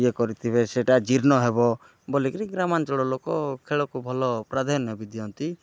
ଇଏ କରିଥିବେ ସେଟା ଜୀର୍ଣ୍ଣ ହେବ ବୋଲିକିରି ଗ୍ରାମାଞ୍ଚଳ ଲୋକ ଖେଳକୁ ଭଲ ପ୍ରାଧାନ୍ୟ ବି ଦିଅନ୍ତି